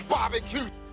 Barbecue